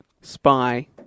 spy